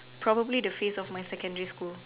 probably the face of my secondary school